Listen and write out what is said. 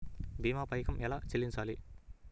భీమా పైకం ఎలా చెల్లించాలి?